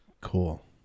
cool